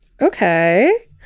Okay